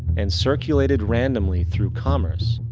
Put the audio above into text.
and circulated randomly through commerce,